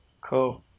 Cool